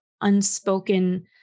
unspoken